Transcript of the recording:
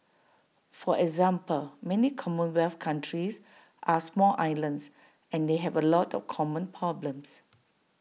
for example many commonwealth countries are small islands and they have A lot of common problems